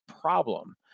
problem